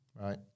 right